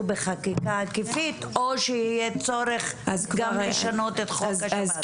בחקיקה היקפית או שיהיה צורך גם לשנות את חוק השב"ס?